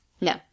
No